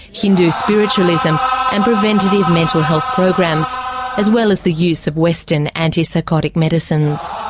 hindu spiritualism and preventative mental health programs as well as the use of western anti-psychotic medicines.